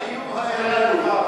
האיום האיראני.